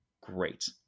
great